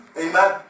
Amen